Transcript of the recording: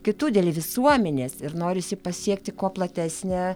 kitų dėl visuomenės ir norisi pasiekti kuo platesnę